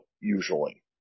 usually